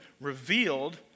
revealed